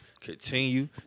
continue